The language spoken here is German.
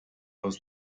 aus